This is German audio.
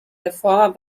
reformer